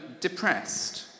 depressed